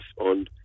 on